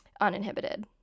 uninhibited